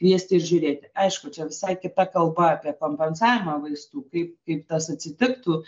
kviesti ir žiūrėti aišku čia visai kita kalba apie kompensavimą vaistų kaip kaip tas atsitiktų